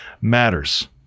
matters